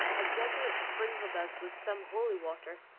a jesuit sprinkled us with some holy water